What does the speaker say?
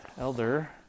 Elder